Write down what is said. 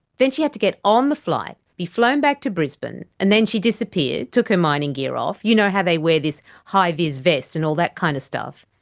then she had to get on the flight, be flown back to brisbane and then she disappeared, took her mining gear off, you know how they wear the high-vis vest and all that kind of stuff.